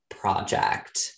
project